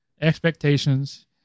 expectations